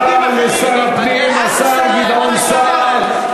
תודה לשר הפנים, השר גדעון סער.